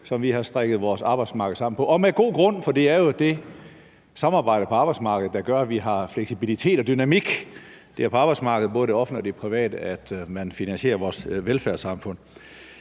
vi har strikket vores arbejdsmarked sammen på, og med god grund, for det er jo det samarbejde på arbejdsmarkedet, der gør, at vi har fleksibilitet og dynamik. Det er på arbejdsmarkedet, både det offentlige og det private, at man finansierer vores velfærdssamfund.